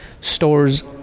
stores